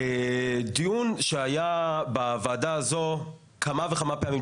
דיון שהיה בוועדה הזו כמה וכמה פעמים.